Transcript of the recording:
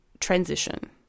transition